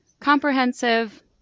comprehensive